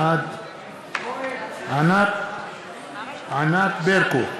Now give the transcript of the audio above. בעד ענת ברקו,